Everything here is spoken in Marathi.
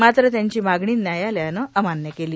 मात्र त्यांची मागणी न्यायालयानं अमान्य केली